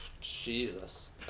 Jesus